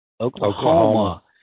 Oklahoma